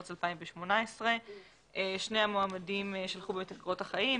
מאז מרץ 2018. שני המועמדים שלחו את קורות החיים,